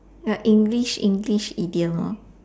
uh English English idiom hor